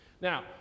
now